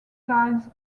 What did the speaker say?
tiles